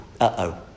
Uh-oh